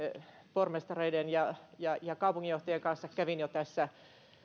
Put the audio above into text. pormestareiden ja ja kaupunginjohtajien kanssa kävin jo tässä